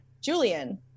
Julian